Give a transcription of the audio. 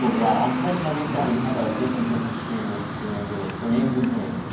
yeah, on twitch and on youtube we do have a git and github stream with kareem zidane, kareem the dream.